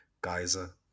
geyser